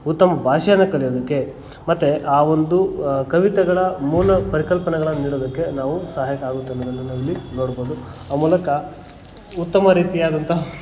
ಉತ್ತಮ ಭಾಷೆಯನ್ನು ಕಲಿಯೋದಕ್ಕೆ ಮತ್ತು ಆ ಒಂದು ಕವಿತೆಗಳ ಮೂಲ ಪರಿಕಲ್ಪನೆಗಳನ್ನು ನೀಡೋದಕ್ಕೆ ನಾವು ಸಹಾಯಕ ಆಗುತ್ತೆ ಅನ್ನೋದನ್ನು ನಾವಿಲ್ಲಿ ನೋಡ್ಬೋದು ಆ ಮೂಲಕ ಉತ್ತಮ ರೀತಿಯಾದಂಥ